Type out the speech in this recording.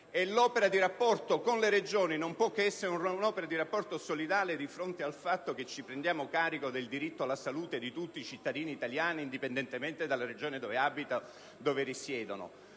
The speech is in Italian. Il rapporto con le Regioni non può che essere solidale di fronte al fatto che ci prendiamo carico del diritto alla salute di tutti i cittadini italiani, indipendentemente dalle Regioni in cui essi risiedono.